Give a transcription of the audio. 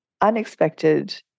unexpected